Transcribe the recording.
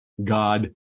God